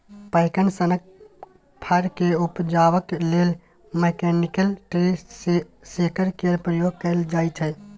पैकन सनक फर केँ उपजेबाक लेल मैकनिकल ट्री शेकर केर प्रयोग कएल जाइत छै